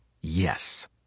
Yes